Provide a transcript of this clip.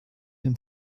dem